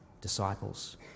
disciples